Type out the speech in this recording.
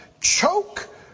choke